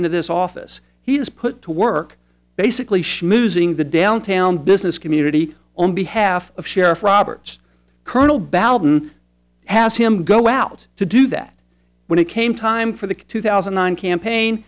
into this office he has put to work basically schmoozing the downtown business community on behalf of sheriff roberts colonel balun has him go out to do that when it came time for the two thousand and nine campaign